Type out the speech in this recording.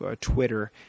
Twitter